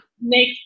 make